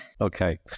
Okay